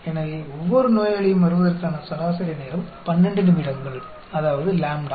எனவே ஒவ்வொரு நோயாளியும் வருவதற்கான சராசரி நேரம் 12 நிமிடங்கள் அதாவது லாம்ப்டா